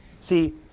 See